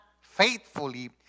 faithfully